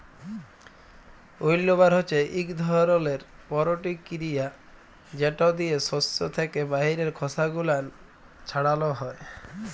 উইল্লবার হছে ইক ধরলের পরতিকিরিয়া যেট দিয়ে সস্য থ্যাকে বাহিরের খসা গুলান ছাড়ালো হয়